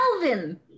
Melvin